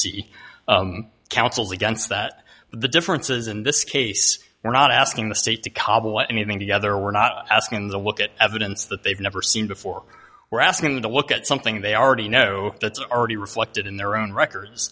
seek counsel against that but the differences in this case we're not asking the state to cobble anything together we're not asking the look at evidence that they've never seen before we're asking you to look at something they already know that's already reflected in their own records